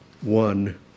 one